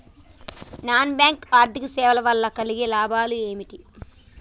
Non bank ఆర్థిక సేవల వల్ల కలిగే లాభాలు ఏమిటి?